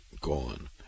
gone